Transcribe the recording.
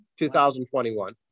2021